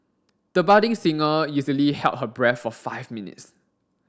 the budding singer easily held her breath for five minutes